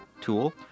tool